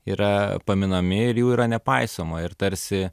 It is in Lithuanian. yra paminami ir jų yra nepaisoma ir tarsi